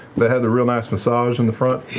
they have the real nice massage in the front?